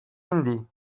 indii